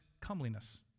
comeliness